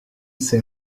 s’est